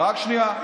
רק שנייה.